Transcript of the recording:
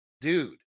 dude